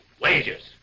Wages